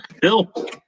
Bill